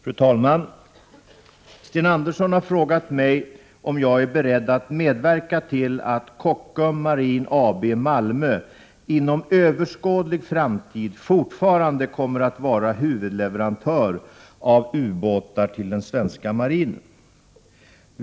Fru talman! Sten Andersson i Malmö har frågat mig om jag är beredd att medverka till att Kockums Marin AB i Malmö inom överskådlig framtid fortfarande kommer att vara huvudleverantör av ubåtar till den svenska marinen.